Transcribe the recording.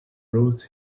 brought